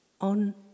on